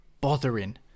bothering